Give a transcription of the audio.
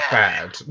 bad